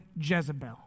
Jezebel